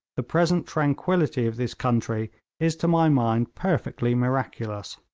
the present tranquillity of this country is to my mind perfectly miraculous.